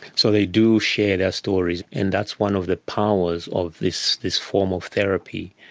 so they do share their stories, and that's one of the powers of this this form of therapy.